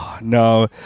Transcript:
No